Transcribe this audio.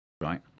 right